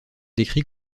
décrit